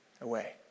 Away